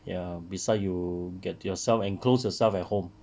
ya beside you get yourself enclose yourself at home